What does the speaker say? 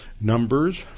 Numbers